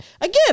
again